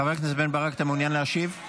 חבר הכנסת בן ברק, אתה מעוניין להשיב?